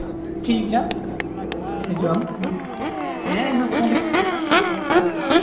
ᱴᱷᱤᱠ ᱜᱮᱭᱟ ᱦᱤᱡᱩᱜ ᱟᱢ ᱦᱮᱸ ᱤᱧ ᱢᱟ ᱫᱚᱠᱟᱱ ᱨᱮᱜᱮᱧ ᱛᱟᱦᱮᱱᱟ ᱠᱳᱱᱳ ᱥᱚᱢᱳᱥᱟ ᱵᱟᱹᱱᱩᱜᱼᱟ